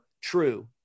true